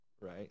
right